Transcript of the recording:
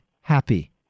happy